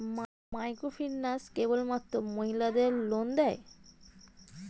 Microfinance কেবলমাত্র মহিলাদের loan দেয়?